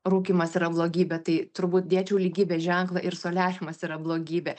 rūkymas yra blogybė tai turbūt dėčiau lygybės ženklą ir soliariumas yra blogybė